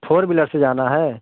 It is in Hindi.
फोर व्हिलर से जाना है